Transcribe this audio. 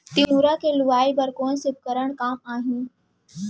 तिंवरा के लुआई बर कोन से उपकरण काम आही?